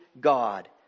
God